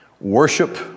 Worship